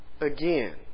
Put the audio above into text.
again